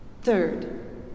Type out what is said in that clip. Third